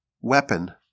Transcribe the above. weapon